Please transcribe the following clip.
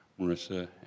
Marissa